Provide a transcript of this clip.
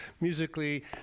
musically